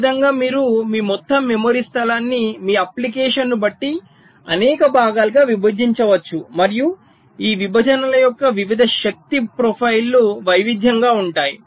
ఈ విధంగా మీరు మీ మొత్తం మెమరీ స్థలాన్ని మీ అప్లికేషన్ను బట్టి అనేక భాగాలుగా విభజించవచ్చు మరియు ఈ విభజనల యొక్క వివిధ శక్తి ప్రొఫైల్లు వైవిధ్యంగా ఉంటాయి